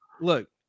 look